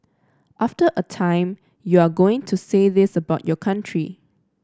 after a time you are going to say this about your country